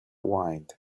wind